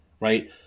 Right